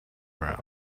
round